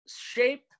shape